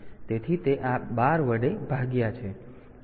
તેથી તે આ 12 વડે ભાગ્યા છે